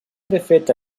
défaite